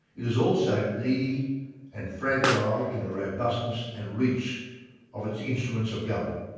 it is also needy and fragile in the robustness and reach of its instruments of government.